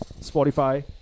Spotify